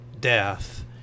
death